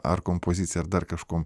ar kompozicija dar kažkuom